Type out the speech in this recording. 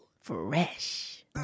Fresh